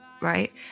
right